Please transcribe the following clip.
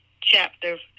chapter